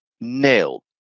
nailed